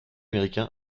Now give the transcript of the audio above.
américain